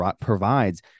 provides